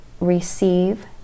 receive